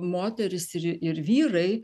moterys ir ir vyrai